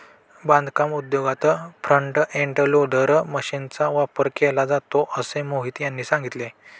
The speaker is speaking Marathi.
बांधकाम उद्योगात फ्रंट एंड लोडर मशीनचा वापर केला जातो असे मोहित यांनी सांगितले